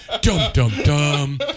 Dum-dum-dum